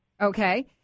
Okay